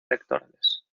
electorales